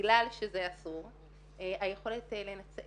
אם אנחנו רוצות ורוצים לנצח